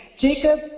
Jacob